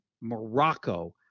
Morocco